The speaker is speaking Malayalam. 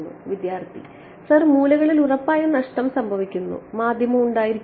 വിദ്യാർത്ഥി സർ മൂലകളിൽ ഉറപ്പായും നഷ്ടം സംഭവിക്കുന്ന ഒരു മാധ്യമം ഉണ്ടായിരിക്കുമോ